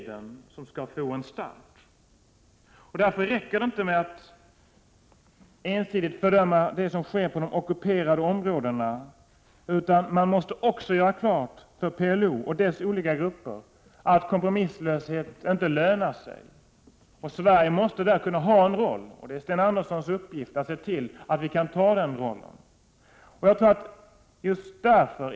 Det viktigaste är freden. Därför räcker det inte med att ensidigt fördöma det som sker i de ockuperade områdena, utan vi måste också göra klart för de olika grupperna inom PLO att kompromisslöshet inte lönar sig. Sverige har här en roll att spela, och det är Sten Anderssons uppgift att se till att vi tar på oss den rollen.